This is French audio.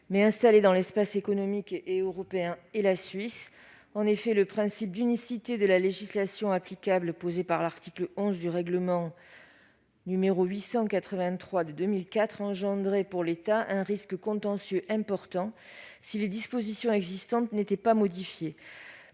mais installées dans l'Espace économique européen et en Suisse. En effet, le principe d'unicité de la législation applicable posé par l'article 11 du règlement n° 883/2004 engendrait pour l'État un risque contentieux important si les dispositions existantes n'étaient pas modifiées.